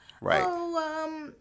Right